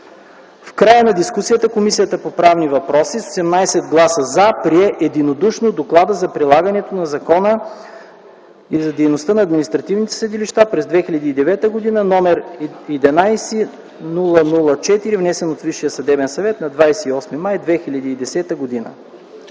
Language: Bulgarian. В края на дискусията Комисията по правни въпроси с 18 гласа „за” прие единодушно Доклада за прилагането на закона и за дейността на административните съдилища през 2009 г., № 011-00-4, внесен от Висшия съдебен съвет на 28 май 2010 г.”